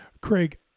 Craig